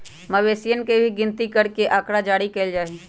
मवेशियन के भी गिनती करके आँकड़ा जारी कइल जा हई